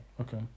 Okay